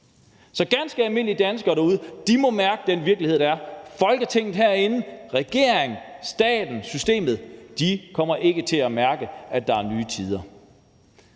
Så ganske almindelige danskere derude må mærke den virkelighed, der er. Folketinget herinde – regeringen, staten, systemet – kommer ikke til at mærke, at der er nye tider.